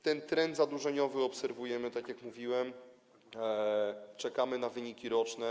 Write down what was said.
Ten trend zadłużeniowy obserwujemy, tak jak mówiłem, czekamy na wyniki roczne.